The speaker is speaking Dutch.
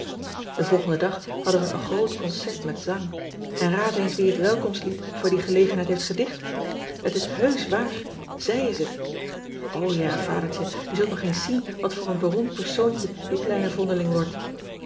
en volgenden dag hadden wij een groot concert met zang n raad eens wie het welkomslied voor die gelegenheid heeft gedicht et is heusch waar zij is het ja adertje je zult nog eens zien wat voor een beroemd persoontje je kleine vondeling wordt